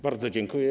Bardzo dziękuję.